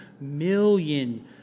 million